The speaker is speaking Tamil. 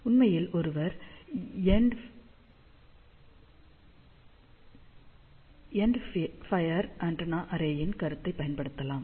உண்மையில் ஒருவர் எண்ட் ஃபியர் ஆண்டெனா அரேயின் கருத்தை பயன்படுத்தலாம்